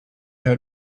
how